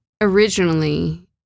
Originally